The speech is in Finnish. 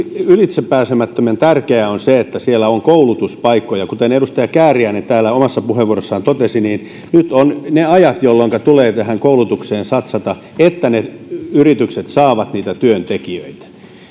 ylitsepääsemättömän tärkeää on se että siellä on koulutuspaikkoja kuten edustaja kääriäinen täällä omassa puheenvuorossaan totesi nyt on ne ajat jolloinka tulee tähän koulutukseen satsata että ne yritykset saavat niitä työntekijöitä